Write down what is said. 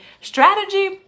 strategy